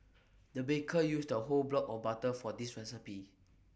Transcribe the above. the baker used A whole block of butter for this recipe